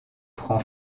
prend